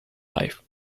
life